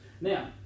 Now